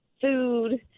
food